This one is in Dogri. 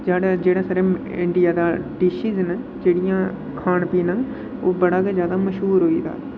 साढ़ै जेह्ड़ा इंडिया दे डिशीज़ न जेह्डियां खान पीन ओह् बड़ा गै जैदा मश्हूर होआ एह्दा